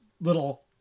little